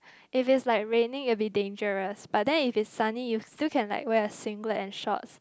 if is like raining it will be dangerous but then if is sunny you still can like wear your singlet and shorts